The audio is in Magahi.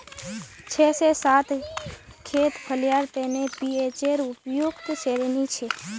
छह से सात खेत फलियार तने पीएचेर उपयुक्त श्रेणी छे